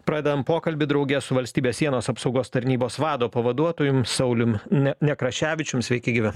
pradedam pokalbį drauge su valstybės sienos apsaugos tarnybos vado pavaduotojum saulium nek nekraševičium sveiki gyvi